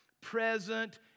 present